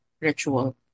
ritual